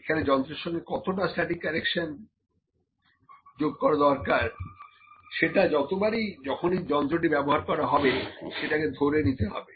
এখানে যন্ত্রের মধ্যে কতটা স্ট্যাটিক কারেকশন যোগ করা দরকার যেটা প্রতিবার যখনই যন্ত্রটি ব্যবহার করা হবে সেটাকে ধরে নিতে হবে